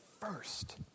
first